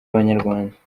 abanyarwanda